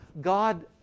God